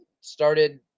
started